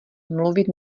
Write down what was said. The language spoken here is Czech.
mluvit